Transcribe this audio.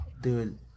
dude